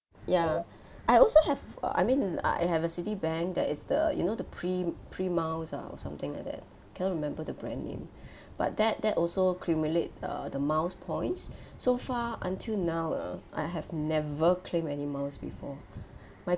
ya I also have uh I mean I have a Citibank that is the you know the pre pre miles ah or something like that cannot remember the brand name but that that also accumulate uh the miles points so far until now ah I have never claim any miles before my